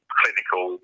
clinical